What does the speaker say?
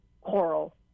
Coral